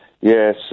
Yes